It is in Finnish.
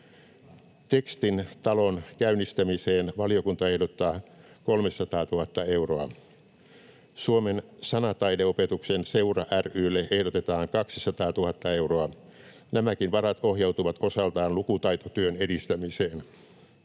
Tekstin talon käynnistämiseen valiokunta ehdottaa 300 000 euroa. Suomen sanataideopetuksen seura ry:lle ehdotetaan 200 000 euroa. Nämäkin varat ohjautuvat osaltaan lukutaitotyön edistämiseen.